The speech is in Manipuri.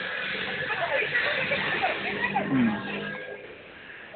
ꯎꯝ